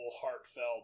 heartfelt